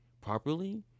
properly